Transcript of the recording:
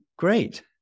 Great